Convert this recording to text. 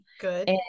good